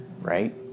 Right